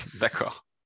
D'accord